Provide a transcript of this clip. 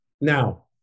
Now